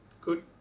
Good